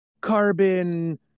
carbon